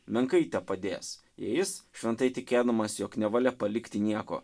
menkai tepadės jis šventai tikėdamas jog nevalia palikti nieko